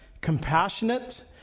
compassionate